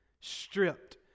stripped